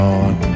on